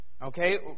okay